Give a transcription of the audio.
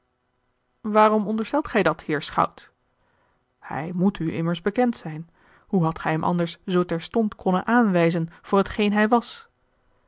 waarom onderstelt gij dat heer schout hij moest u immers bekend zijn hoe hadt gij hem anders zoo terstond konnen aanwijzen voor t geen hij was